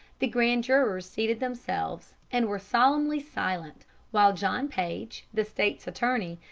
the grand jurors seated themselves, and were solemnly silent while john paige, the state's attorney,